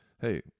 Hey